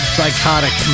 Psychotic